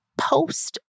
Post